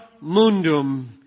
mundum